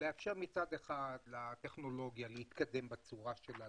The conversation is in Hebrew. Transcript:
לאפשר מצד אחד לטכנולוגיה להתקדם בצורה שלה,